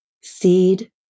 seed